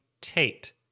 Tate